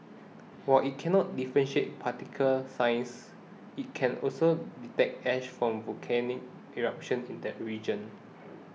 while it cannot differentiate particle size it can also detect ash from volcanic eruptions in that region